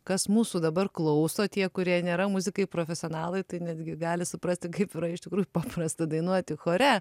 kas mūsų dabar klauso tie kurie nėra muzikai profesionalai tai netgi gali suprasti kaip yra iš tikrųjų paprasta dainuoti chore